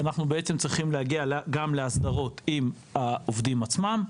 אנחנו צריכים להגיע להסדרות עם העובדים עצמם.